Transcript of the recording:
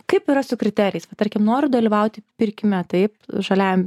kaip yra su kriterijais va tarkim noriu dalyvauti pirkime taip žaliajam